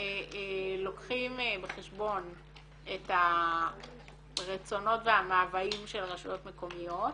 לוקחים בחשבון את הרצונות והמאווים של רשויות מקומיות,